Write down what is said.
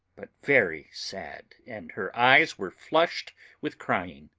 but very sad, and her eyes were flushed with crying.